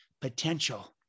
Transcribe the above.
potential